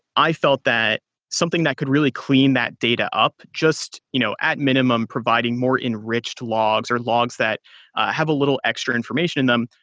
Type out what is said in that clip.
i felt that something that could really clean that data up just you know at minimum providing more enriched logs or logs that have a little extra information in them.